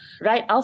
right